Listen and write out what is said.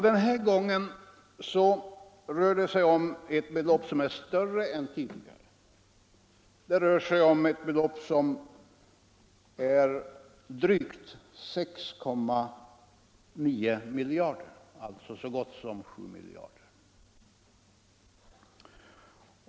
Denna gång rör det sig om större belopp än tidigare, nämligen drygt 6,9 miljarder, alltså praktiskt taget 7 miljarder.